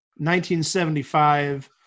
1975